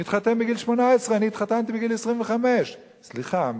מתחתן בגיל 18. אני התחתנתי בגיל 25. סליחה,